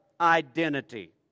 identity